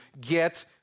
get